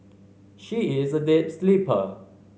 she is a deep sleeper